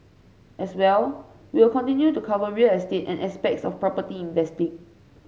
as well we'll continue to cover real estate and aspects of property investing